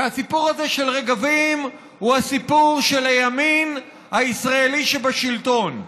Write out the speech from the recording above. כי הסיפור הזה של רגבים הוא הסיפור של הימין הישראלי שבשלטון.